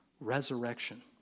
resurrection